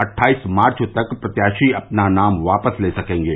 अट्ठाईस मार्च तक प्रत्याशी अपना नाम वापस ले सकेंगे